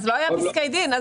אז לא היו פסקי דין.